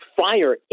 fire